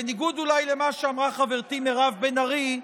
בניגוד אולי למה שאמרה חברתי מירב בן ארי,